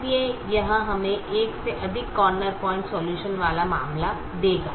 इसलिए यह हमें एक से अधिक कॉर्नर पॉइंट सॉल्यूशन वाला मामला देगा